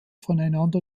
voneinander